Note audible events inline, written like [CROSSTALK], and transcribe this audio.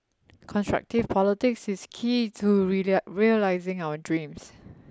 constructive politics is key to [UNINTELLIGIBLE] realising our dreams